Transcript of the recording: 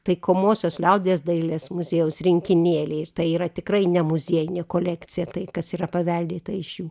taikomosios liaudies dailės muziejaus rinkinėlį ir tai yra tikrai ne muziejinė kolekcija tai kas yra paveldėta iš jų